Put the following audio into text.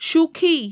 সুখী